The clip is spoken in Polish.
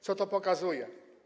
Co to pokazuje?